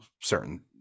certain